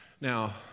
Now